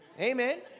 Amen